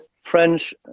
French